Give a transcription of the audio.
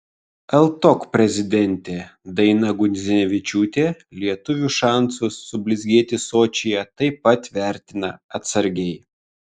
ltok prezidentė daina gudzinevičiūtė lietuvių šansus sublizgėti sočyje taip pat vertina atsargiai